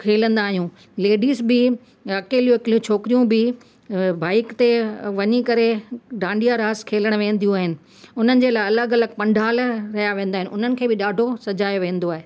खेलंदा आहियूं लेडिज़ बि अकेलियूं अकेलियूं छोकिरियूं बि बाइक ते वञी करे डांडिया रास खेलण वेंदियूं आहिनि उन्हनि जे लाइ अलॻि अलॻि पंडाल लॻाया वेंदा आहिनि उन्हनि खे बि ॾाढो सजायो वेंदो आहे